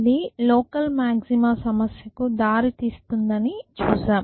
ఇది local maxima సమస్యకు దారి తీస్తుందని చూసాం